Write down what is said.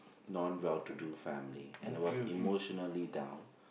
non well to do family and was emotionally down